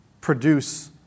produce